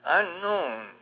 unknown